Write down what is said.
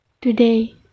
Today